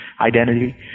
identity